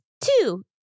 Two